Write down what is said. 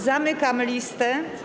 Zamykam listę.